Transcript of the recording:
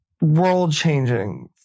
world-changing